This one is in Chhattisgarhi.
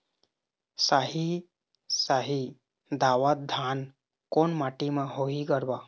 साही शाही दावत धान कोन माटी म होही गरवा?